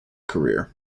career